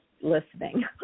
listening